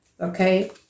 okay